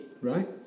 Right